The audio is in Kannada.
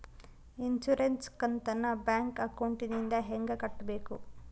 ಇನ್ಸುರೆನ್ಸ್ ಕಂತನ್ನ ಬ್ಯಾಂಕ್ ಅಕೌಂಟಿಂದ ಹೆಂಗ ಕಟ್ಟಬೇಕು?